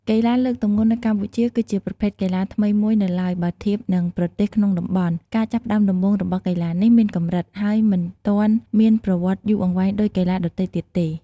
កីឡាលើកទម្ងន់នៅកម្ពុជាគឺជាប្រភេទកីឡាថ្មីមួយនៅឡើយបើធៀបនឹងប្រទេសក្នុងតំបន់។ ការចាប់ផ្តើមដំបូងរបស់កីឡានេះមានកម្រិត ហើយមិនទាន់មានប្រវត្តិយូរអង្វែងដូចកីឡាដទៃទៀតទេ។